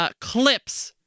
clips